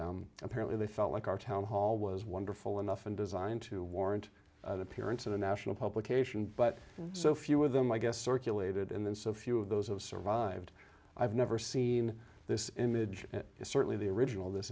and apparently they felt like our town hall was wonderful enough and designed to warrant the appearance of a national publication but so few of them i guess circulated and so few of those have survived i've never seen this image is certainly the original this